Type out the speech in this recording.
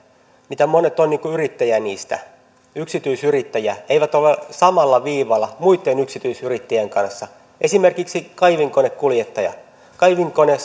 monet ovat yrittäjiä heistä yksityisyrittäjiä eivät ole samalla viivalla muitten yksityisyrittäjien kanssa esimerkiksi kaivinkonekuljettajan kaivinkone